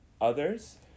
others